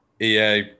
EA